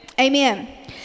amen